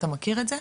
אתה מכיר את זה?